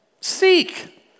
Seek